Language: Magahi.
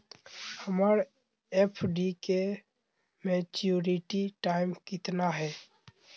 हमर एफ.डी के मैच्यूरिटी टाइम कितना है?